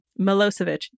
Milosevic